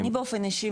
אני באופן אישי,